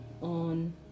on